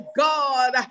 god